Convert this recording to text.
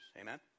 Amen